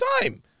time